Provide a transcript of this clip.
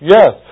Yes